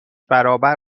برابر